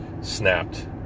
snapped